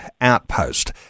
outpost